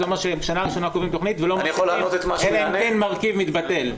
זה אומר שבשנה הראשונה קובעים תכנית ולא מוסיפים אלא אם כן מרכיב מתבטל.